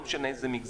לא משנה איזה,